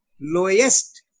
lowest